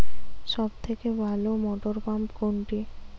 সবথেকে ভালো মটরপাম্প কোনটি?